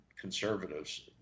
conservatives